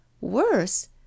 Worse